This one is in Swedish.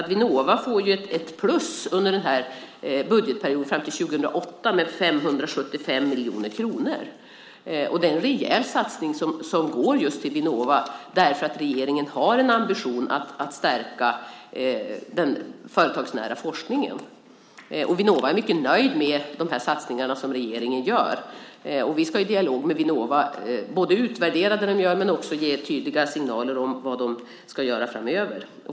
Vinnova får ju ett plus under den här budgetperioden fram till 2008 med 575 miljoner kronor. Det är en rejäl satsning som går just till Vinnova för att regeringen har en ambition att stärka den företagsnära forskningen. Vinnova är mycket nöjda med de satsningar som regeringen gör. Vi ska i dialog med Vinnova utvärdera det de gör men också ge tydliga signaler om vad de ska göra framöver.